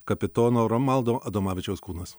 kapitono romaldo adomavičiaus kūnas